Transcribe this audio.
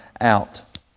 out